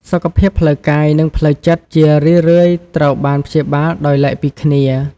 សុខភាពផ្លូវកាយ និងផ្លូវចិត្ត ជារឿយៗត្រូវបានព្យាបាលដោយឡែកពីគ្នា។